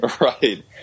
Right